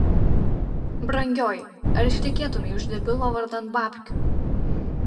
brangioji ar ištekėtumei už debilo vardan babkių